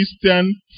Christian